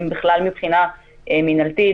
האם בכלל מבחינה מינהלית,